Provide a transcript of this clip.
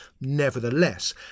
nevertheless